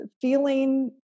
feeling